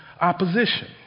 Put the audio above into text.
opposition